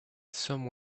some